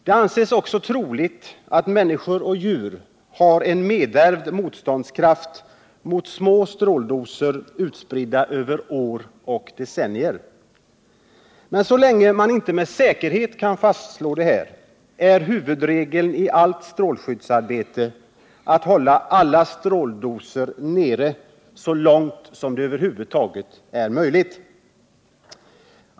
Det anses också troligt att människor och djur har en nedärvd motståndskraft mot små stråldoser utspridda över år och decennier. Men så länge man inte med säkerhet kan fastslå detta, är huvudregeln i allt strålskyddsarbete att hålla alla stråldoser nere så långt det över huvud taget är möjligt.